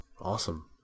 Awesome